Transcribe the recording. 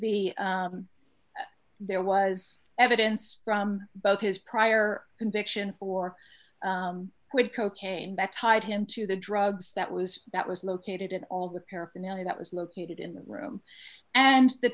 the there was evidence from both his prior conviction for who had cocaine back tied him to the drugs that was that was located in all the paraphernalia that was located in the room and the